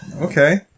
Okay